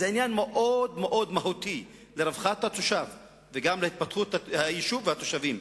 זה עניין מאוד מאוד מהותי לרווחת התושב וגם להתפתחות היישוב והתושבים.